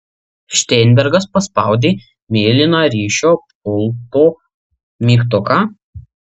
šteinbergas paspaudė mėlyną ryšio pulto mygtuką